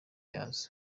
yazo